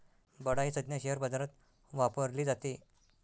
बडा ही संज्ञा शेअर बाजारात वापरली जाते